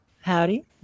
howdy